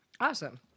Awesome